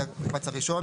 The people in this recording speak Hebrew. זה המקבץ הראשון.